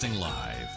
Live